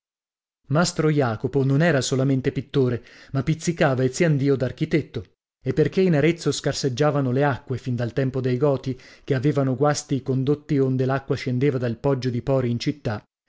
mastro jacopo non era solamente pittore ma pizzicava eziandio d'architetto e perchè in arezzo scarseggiavano le acque fin dal tempo dei goti che avevano guasti i condotti onde l'acqua scendeva dal poggio di pori in città